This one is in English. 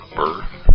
birth